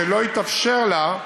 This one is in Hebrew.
שלא התאפשר לה,